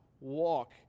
walk